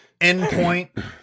endpoint